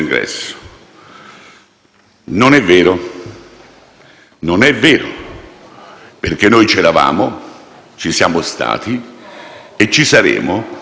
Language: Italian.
Non è vero, perché noi c'eravamo, ci siamo stati e ci saremo fino all'ultimo giorno della legislatura.